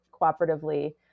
cooperatively